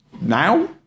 now